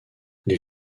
les